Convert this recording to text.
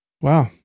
wow